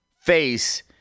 face